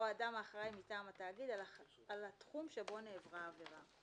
או אדם האחראי מטעם התאגיד על התחום שבו נעברה העבירה."